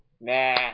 nah